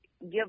give